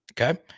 okay